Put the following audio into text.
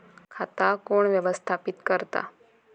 खाता कोण व्यवस्थापित करता?